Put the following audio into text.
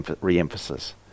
re-emphasis